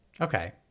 Okay